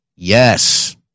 Yes